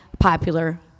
popular